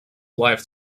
life